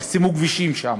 נחסמו כבישים שם.